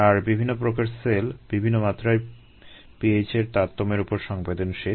আর বিভিন্ন প্রকার সেল বিভিন্ন মাত্রায় pH এর তারতম্যের উপর সংবেদনশীল